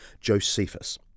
Josephus